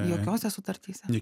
jokiose sutartyse